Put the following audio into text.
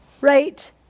Right